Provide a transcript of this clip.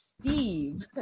Steve